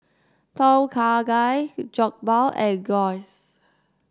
Tom Kha Gai Jokbal and Gyros